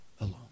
alone